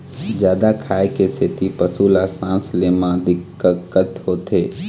जादा खाए के सेती पशु ल सांस ले म दिक्कत होथे